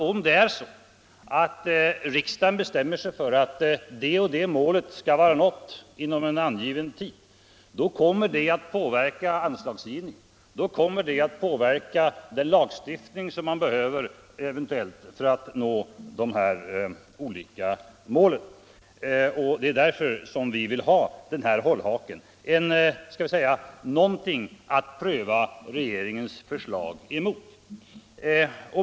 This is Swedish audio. Om riksdagen bestämmer sig för att ett visst mål skall vara nått inom angiven tid tror vi nämligen att det kommer att påverka anslagsgivningen och den lagstiftning som eventuellt behövs för att nå de här olika målen. Det är därför vi vill ha den här hållhaken — någonting att pröva regeringens förslag emot.